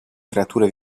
creature